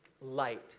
light